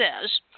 says